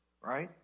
right